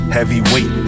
Heavyweight